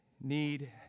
need